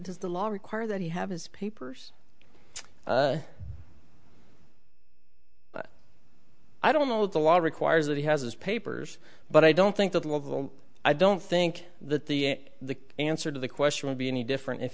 does the law require that he have his papers i don't know what the law requires that he has his papers but i don't think that the local i don't think that the the answer to the question would be any different if